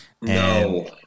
No